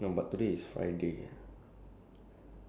want to go off earlier ya you can take